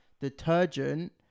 detergent